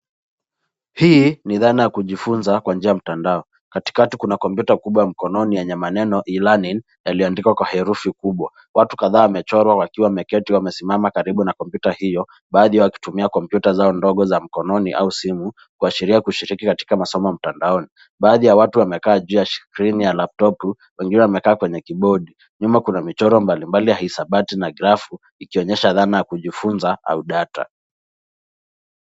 Hii ni dhana ya kujifunza kwa njia ya mtandao. Katikati kuna kompyuta kubwa ua mkononi yenye maneno e-learning yaliyoandikwa kwa herufi kubwa. Watu kadhaa wamechorwa wakiwa wameketi wamesimama karibu na kompyuta hiyo, baadhi yao wakitumia kompyuta zao ndogo za mkononi au simu kuashiria kushiriki katika masomo ya mtandaoni. Baadhi ya watu wamekaa juu ya skrini ya laptop , wengine wamekaa kwenye kibodi. Nyuma kuna michoro mbalimbali ya haisabati na grafu ikionyesha dhana ya kujifunza au data.